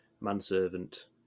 manservant